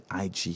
IG